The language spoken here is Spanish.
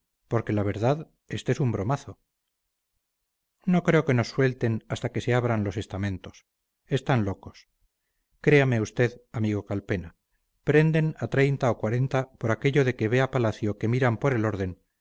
porque la verdad este es un bromazo no creo que nos suelten hasta que se abran los estamentos están locos créame usted amigo calpena prenden a treinta o cuarenta por aquello de que vea palacio que miran por el orden